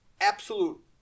Absolute